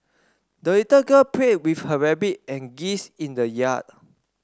the little girl played with her rabbit and geese in the yard